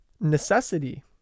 necessity